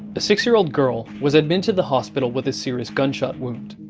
a six-year-old girl was admitted to the hospital with a serious gunshot wound.